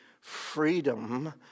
freedom